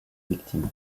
victime